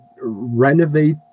renovate